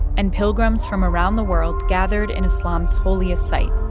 and pilgrims from around the world gathered in islam's holiest site,